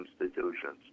institutions